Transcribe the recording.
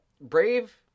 Brave